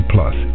Plus